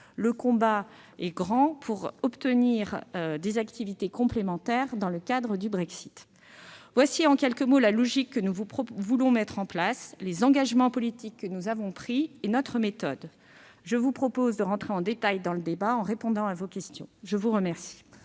le combat est important pour obtenir des activités complémentaires dans le cadre du Brexit. Tels sont la logique que nous voulons mettre en place, les engagements politiques que nous avons pris et notre méthode. Je vous propose maintenant d'entrer dans le détail en répondant à vos questions pendant ce